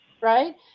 Right